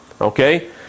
Okay